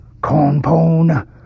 cornpone